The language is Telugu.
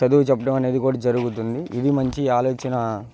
చదువు చెప్పడం అనేది కూడా జరుగుతుంది ఇది మంచి ఆలోచనా